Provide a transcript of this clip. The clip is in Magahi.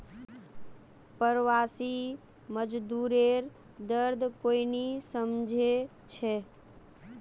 प्रवासी मजदूरेर दर्द कोई नी समझे छे